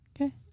Okay